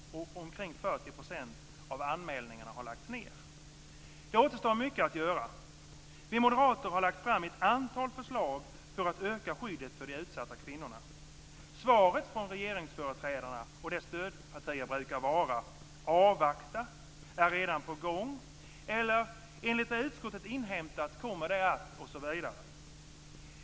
Omkring 40 % av anmälningarna har lagts ned. Det återstår mycket att göra. Vi moderater har lagt fram ett antal förslag för att öka skyddet för de utsatta kvinnorna. Svaret från regeringsföreträdarna och dess stödpartier brukar vara: avvakta, är redan på gång, enligt vad utskottet inhämtat kommer det att ...